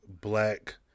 black